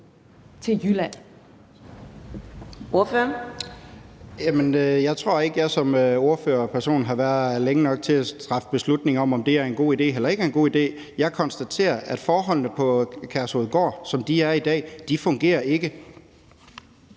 Jeg tror ikke, at jeg som ordfører har været her længe nok til at træffe beslutning om, om det er en god idé eller ikke er en god idé. Jeg konstaterer, at forholdene på Kærshovedgård, som de er i dag, ikke fungerer.